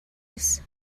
was